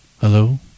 Hello